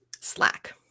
Slack